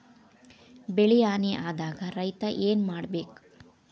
ಬೆಳಿ ಹಾನಿ ಆದಾಗ ರೈತ್ರ ಏನ್ ಮಾಡ್ಬೇಕ್?